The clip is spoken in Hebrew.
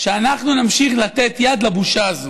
שאנחנו נמשיך לתת יד לבושה הזאת,